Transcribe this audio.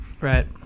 right